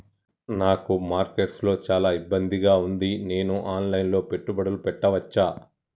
నాకు మార్కెట్స్ లో చాలా ఇబ్బందిగా ఉంది, నేను ఆన్ లైన్ లో పెట్టుబడులు పెట్టవచ్చా?